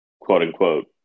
quote-unquote